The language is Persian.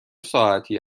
ساعتی